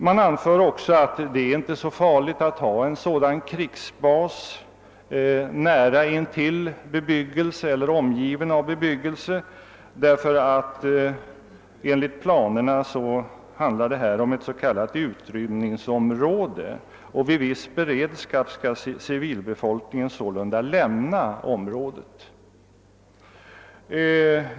Man anför att det inte är så farligt alt ha en sådan krigsbas nära intill eller omgiven av bebyggelse, därför att enligt planerna handlar detta om ett s.k. utrymningsområde; vid viss beredskap skall civilbefolkningen sålunda lämna området.